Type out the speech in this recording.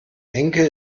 enkel